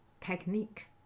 technique